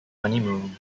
honeymoon